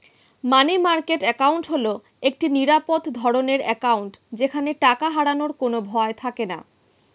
মানি market account হল একটি নিরাপদ ধরনের অ্যাকাউন্ট যেখানে টাকা হারানোর কোনো ভয় থাকেনা